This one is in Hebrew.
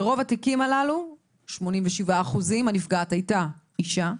ברוב בתיקים הללו, כ-87% הנפגעת הייתה האישה.